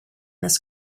this